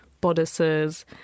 bodices